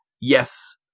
yes